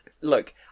Look